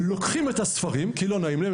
לוקחים את הספרים כי לא נעים להם,